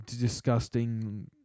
disgusting